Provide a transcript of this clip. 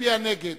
מצביע נגד.